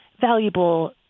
valuable